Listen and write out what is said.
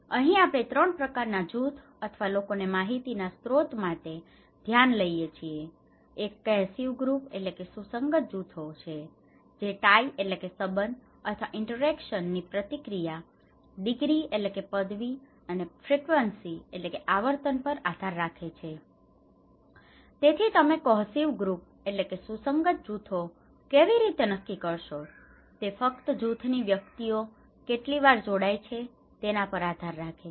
અહીં આપણે 3 પ્રકારનાં જૂથ અથવા લોકોને માહિતીના સ્રોત માટે ધ્યાનમાં લઈએ છીએ એક કોહેસિવ ગ્રુપ cohesive group સુસંગત જૂથો છે જે ટાઇ tie સંબંધ અથવા ઇંટરેકશનની interaction પ્રતિક્રિયા ડિગ્રી degree પદવી અને ફ્રિક્વન્સી frequency આવર્તન પર આધાર રાખે છે તેથી તમે કોહેસિવ ગ્રુપ cohesive group સુસંગત જૂથો કેવી રીતે નક્કી કરશો તે ફક્ત જૂથની વ્યક્તિઓ કેટલી વાર જોડાય છે તેના પર આધાર રાખે છે